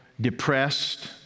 depressed